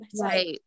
Right